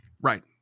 Right